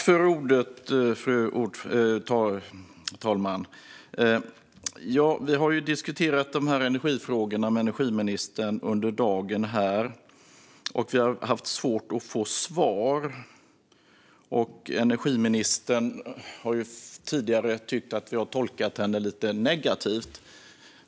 Fru talman! Vi har diskuterat energifrågorna med energiministern under dagen, och vi har haft svårt att få svar. Energiministern har tidigare tyckt att vi har tolkat henne lite negativt.